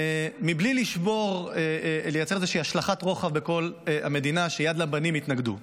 מבלי לשבור ולייצר איזה השלכת רוחב בכל המדינה ושיד לבנים יתנגדו.